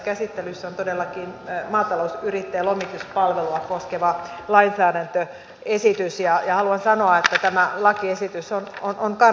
käsittelyssä on todellakin maatalousyrittäjien lomituspalvelua koskeva lainsäädäntöesitys ja haluan sanoa että tämä lakiesitys on kannatettava